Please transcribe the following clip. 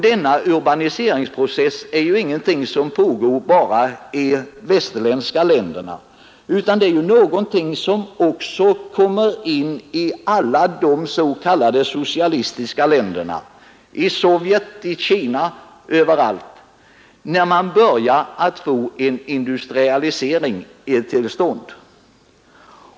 Denna urbaniseringsprocess är ingenting som pågår bara i de västerländska länderna, utan det är något som också kommer in i alla de s.k. socialistiska länderna — i Sovjetunionen, i Kina, överallt, när man börjar få en industrialisering till stånd.